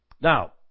Now